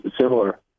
similar